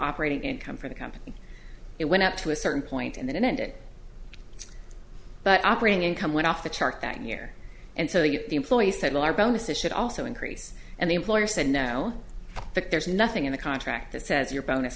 operating income for the company it went up to a certain point and then it ended but operating income went off the chart that year and so the employee said large bonuses should also increase and the employer said no but there's nothing in the contract that says your bonus